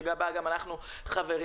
שגם בה אנחנו חברים.